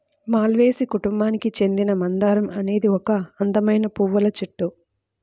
మాల్వేసి కుటుంబానికి చెందిన మందారం అనేది ఒక అందమైన పువ్వుల చెట్టు